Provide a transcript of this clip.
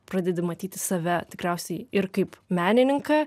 pradedi matyti save tikriausiai ir kaip menininką